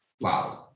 Wow